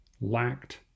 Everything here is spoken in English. lacked